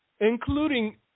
including